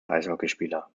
eishockeyspieler